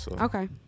Okay